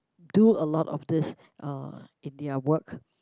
do a lot of these uh in their work